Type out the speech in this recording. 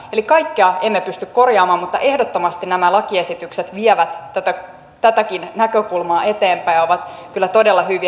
eli kaikkea emme pysty korjaamaan mutta ehdottomasti nämä lakiesitykset vievät tätäkin näkökulmaa eteenpäin ja ovat kyllä todella hyviä